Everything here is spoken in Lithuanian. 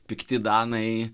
pikti danai